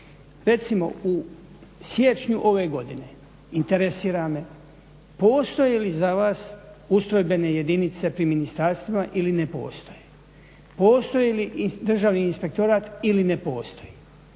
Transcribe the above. Recimo u siječnju ove godine interesira me postoje li za vas ustrojbene jedinice pri ministarstvima ili ne postoje? Postoji li Državni inspektorat ili ne postoji?